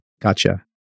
Gotcha